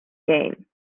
gain